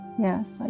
Yes